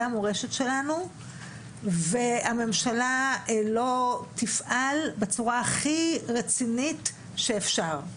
המורשת שלנו והממשלה לא תפעל בצורה הכי רצינית שאפשר.